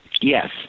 Yes